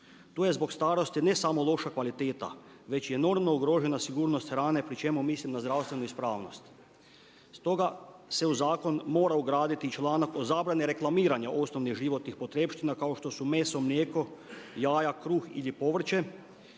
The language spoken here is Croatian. Tu je zbog starosti ne samo loša kvaliteta, već i enormno ugrožena sigurnost hrane pri čemu mislim na zdravstvenu ispravnost. Stoga se u zakon mora ugraditi i članak o zabrani reklamiranja osnovnih životnih potrepština kao što su mesom, mlijeko, jaja, kruh ili povrće